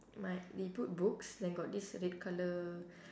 my we put books then got this red colour